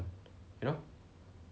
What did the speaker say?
you know